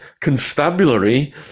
Constabulary